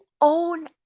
own